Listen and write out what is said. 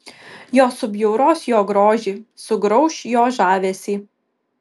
jos subjauros jo grožį sugrauš jo žavesį